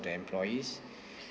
the employees